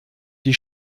die